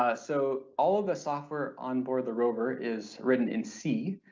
ah so all of the software on board the rover is written in c,